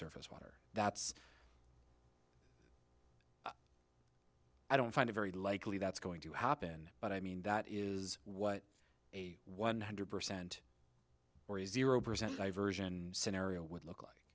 surface water that's i don't find it very likely that's going to happen but i mean that is what a one hundred percent or zero percent diversion scenario would look like